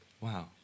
wow